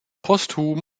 posthum